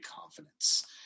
confidence